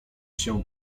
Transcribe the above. się